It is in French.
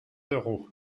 d’euros